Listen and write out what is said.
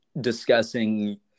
discussing